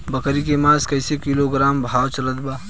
बकरी के मांस कईसे किलोग्राम भाव चलत बा?